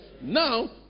now